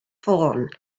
ffôn